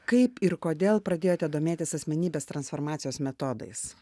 kaip ir kodėl pradėjote domėtis asmenybės transformacijos metodais